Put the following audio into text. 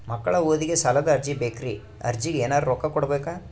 ಮಕ್ಕಳ ಓದಿಗಿ ಸಾಲದ ಅರ್ಜಿ ಬೇಕ್ರಿ ಅರ್ಜಿಗ ಎನರೆ ರೊಕ್ಕ ಕೊಡಬೇಕಾ?